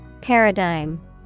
Paradigm